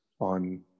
on